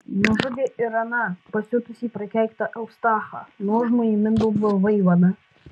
nužudė ir aną pasiutusį prakeiktą eustachą nuožmųjį mindaugo vaivadą